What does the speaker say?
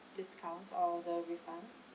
discount for the refund